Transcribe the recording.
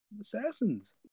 Assassins